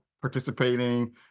participating